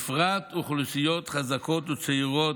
ובפרט אוכלוסיות חזקות, צעירות,